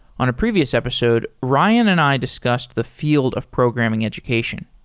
on a previous episode, ryan and i discussed the field of programming education.